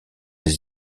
des